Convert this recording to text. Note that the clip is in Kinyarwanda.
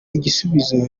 igisubizo